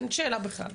אין שאלה בכלל.